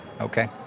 Okay